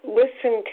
listen